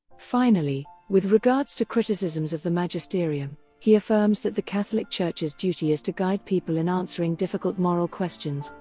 finally, with regards to criticisms of the magisterium, he affirms that the catholic church's duty is to guide people in answering difficult moral questions,